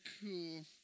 cool